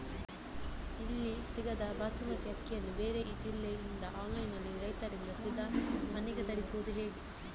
ಇಲ್ಲಿ ಸಿಗದ ಬಾಸುಮತಿ ಅಕ್ಕಿಯನ್ನು ಬೇರೆ ಜಿಲ್ಲೆ ಇಂದ ಆನ್ಲೈನ್ನಲ್ಲಿ ರೈತರಿಂದ ಸೀದಾ ಮನೆಗೆ ತರಿಸುವುದು ಹೇಗೆ?